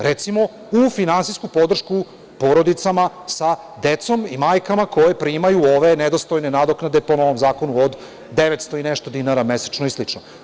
Recimo, u finansijsku podršku porodicama sa decom i majkama koje primaju ove nedostojne nadoknade po novom zakonu od 900 i nešto dinara mesečno i slično.